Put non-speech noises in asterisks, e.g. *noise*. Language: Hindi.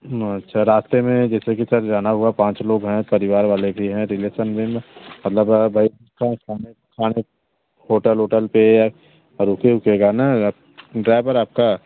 अच्छा रास्ते में जैसे कि सर जाना हुआ पाँच लोग हैं परिवार वाले भी है रिलेशन में मतलब *unintelligible* होटल वोटल पर रुके उके जाना है ड्राईवर आपका